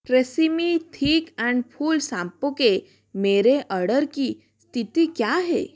TRESemmé thick and full shampoo के मेरे order की स्थिति क्या है